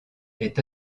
est